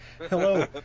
Hello